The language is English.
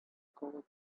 code